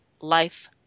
life